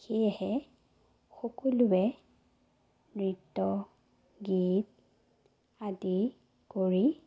সেয়েহে সকলোৱে নৃত্য গীত আদি কৰি